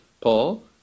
Paul